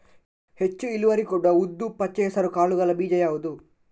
ಹೆಚ್ಚು ಇಳುವರಿ ಕೊಡುವ ಉದ್ದು, ಪಚ್ಚೆ ಹೆಸರು ಕಾಳುಗಳ ಬೀಜ ಯಾವುದು?